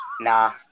Nah